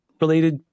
related